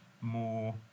more